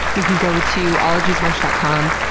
you can go to ologiesmerch dot com,